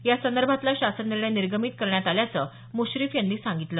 यासंदर्भातला शासन निर्णय निर्गमित करण्यात आल्याचं मुश्रीफ यांनी सांगितलं